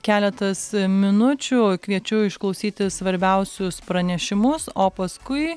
keletas minučių kviečiu išklausyti svarbiausius pranešimus o paskui